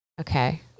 Okay